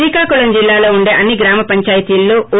శ్రీకాకుళం జిల్లాలో ఉండే అన్ని గ్రామపంచాయతీల్లో ఓ